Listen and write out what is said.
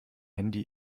handy